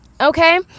okay